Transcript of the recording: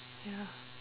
ya